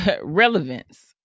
relevance